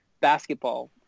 basketball